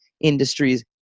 Industries